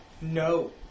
no